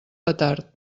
petard